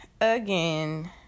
again